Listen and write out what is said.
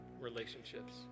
relationships